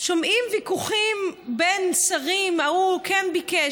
שומעים ויכוחים בין שרים: ההוא כן ביקש,